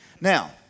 Now